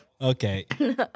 Okay